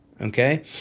Okay